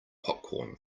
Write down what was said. popcorn